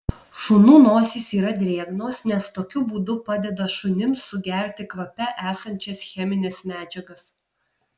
šunų nosys yra drėgnos nes tokiu būdu padeda šunims sugerti kvape esančias chemines medžiagas